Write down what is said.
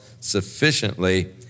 sufficiently